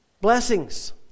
blessings